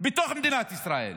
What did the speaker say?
בתוך מדינת ישראל.